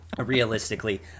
Realistically